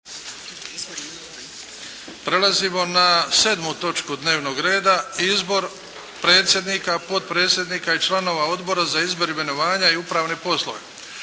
Prelazimo na 7. točku dnevnog reda – 7. Izbor predsjednika, potpredsjednika i članova Odbora za izbor, imenovanja i upravne poslove